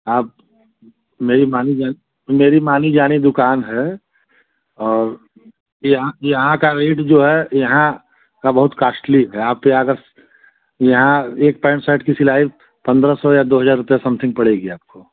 आप मेरी मानी जा मेरी मानी जानी दुकान है और यहाँ यहाँ का रेट जो है यहाँ का बहुत कास्टली है आप यहाँ एक पैंट शर्ट सिलाई पंद्रह सौ या दो हज़ार रुपया समथिंग पड़ेगा आपको